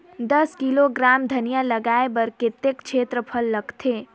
दस किलोग्राम धनिया लगाय बर कतेक क्षेत्रफल लगथे?